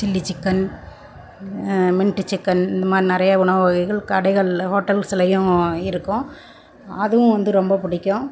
chilli chicken mint chicken இந்தமாதிரி நிறையா உணவு வகைகள் கடைகளில் ஹோட்டல்ஸ்லேயும் இருக்கும் அதுவும் வந்து ரொம்ப பிடிக்கும்